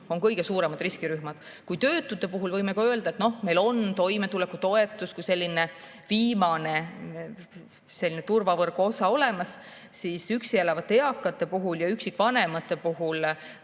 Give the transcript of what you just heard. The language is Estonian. on kõige suuremad riskirühmad. Töötute puhul võime öelda, et meil on toimetulekutoetus kui selline viimane turvavõrgu osa olemas. Üksi elavate eakate puhul ja üksikvanemate puhul